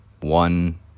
one